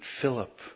Philip